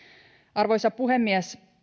arvoisa puhemies